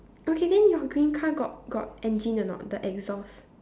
okay then your green car got got engine or not the exhaust